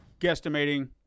guesstimating